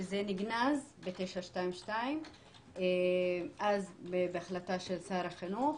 שזה נגנז ב-922 בהחלטה של שר החינוך.